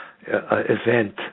event